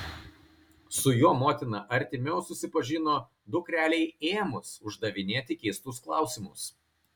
su juo motina artimiau susipažino dukrelei ėmus uždavinėti keistus klausimus